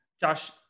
Josh